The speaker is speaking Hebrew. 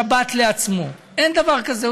שבת לעצמו, אין דבר כזה.